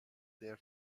their